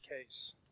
case